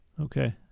okay